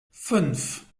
fünf